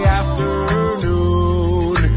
afternoon